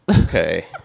Okay